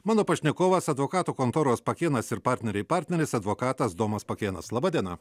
mano pašnekovas advokatų kontoros pakėnas ir partneriai partneris advokatas domas pakėnas laba diena